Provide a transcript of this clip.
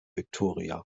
victoria